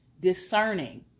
discerning